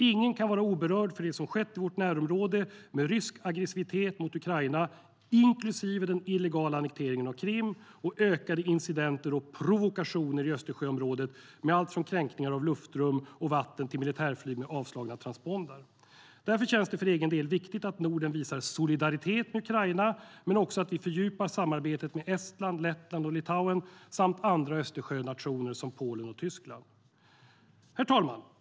Ingen kan vara oberörd inför det som har skett i vårt närområde med rysk aggressivitet mot Ukraina, inklusive den illegala annekteringen av Krim och ökade incidenter och provokationer i Östersjöområdet med allt från kränkningar av luftrum och vatten till militärflyg med avslagna transpondrar. Därför känns det för egen del viktigt att Norden visar solidaritet med Ukraina, men också att vi fördjupar samarbetet med Estland, Lettland och Litauen samt andra Östersjönationer som Polen och Tyskland. Herr talman!